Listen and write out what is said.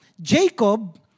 Jacob